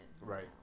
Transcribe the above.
Right